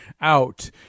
out